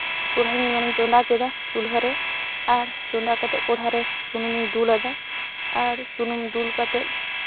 ᱠᱚᱲᱦᱟᱧ ᱢᱟᱱᱮᱧ ᱪᱚᱸᱫᱟ ᱠᱮᱫᱟ ᱪᱩᱞᱦᱟᱹ ᱨᱮ ᱟᱨ ᱪᱚᱸᱫᱟ ᱠᱟᱛᱮᱫ ᱠᱚᱲᱦᱟᱨᱮ ᱥᱩᱱᱩᱢᱤᱧ ᱫᱩᱞ ᱟᱫᱟ ᱟᱨ ᱥᱩᱱᱩᱢ ᱫᱩᱞ ᱠᱟᱛᱮᱫ